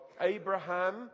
Abraham